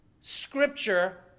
scripture